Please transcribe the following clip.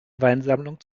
weinsammlung